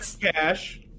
Cash